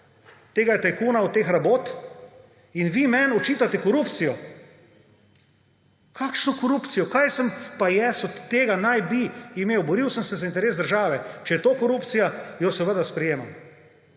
tega tajkuna od teh rabot. In vi meni očitate korupcijo! Kakšno korupcijo? Kaj pa jaz od tega naj bi imel? Boril sem se za interes države. Če je to korupcija, jo seveda sprejemam.